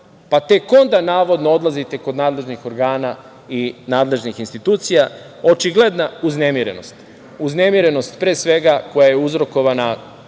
pa tek onda navodno odlazite kod nadležnih organa i nadležnih institucija? Očigledna uznemirenost, uznemirenost pre svega koja je uzrokovana